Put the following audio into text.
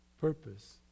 purpose